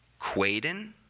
Quaden